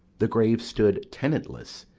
the graves stood tenantless,